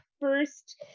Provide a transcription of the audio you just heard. first